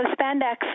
spandex